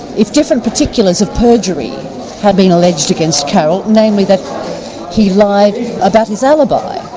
if different particulars of perjury had been alleged against carroll, namely that he lied about his alibi,